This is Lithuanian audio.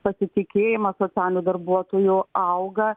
pasitikėjimas socialiniu darbuotoju auga